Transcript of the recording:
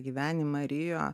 gyvenimą rijo